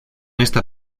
esta